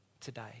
today